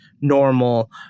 normal